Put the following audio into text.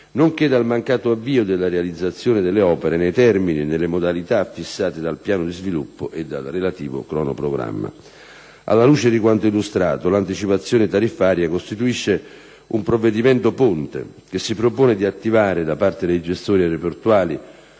nonché dal mancato avvio della realizzazione delle opere nei termini e nelle modalità fissate dal piano di sviluppo e dal relativo cronoprogramma. Alla luce di quanto illustrato, l'anticipazione tariffaria costituisce un «provvedimento ponte» che si propone di attivare da parte dei gestori aeroportuali